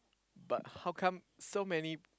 but how come so many